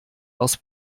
aus